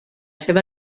seva